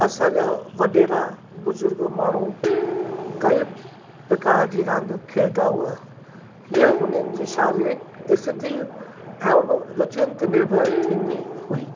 असांजा वॾेरा बुज़ुर्ग माण्हू कई प्रकार जी रांदियूं खेॾंदा हुआ हीअ हुननि जी शारीरिक स्थिति एवं रुचियुनि ते निर्भर थींदी हुई